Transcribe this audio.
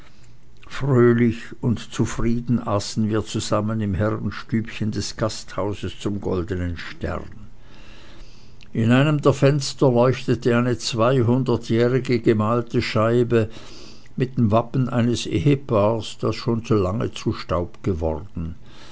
fröhlich und zufrieden aßen wir zusammen im herrenstübchen des gasthauses zum goldnen stern in einem der fenster leuchtete eine zweihundertjährige gemalte scheibe mit den wappen eines ehepaares das nun schon lange zu staub geworden